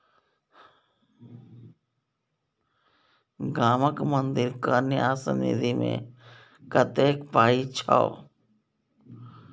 गामक मंदिरक न्यास निधिमे कतेक पाय छौ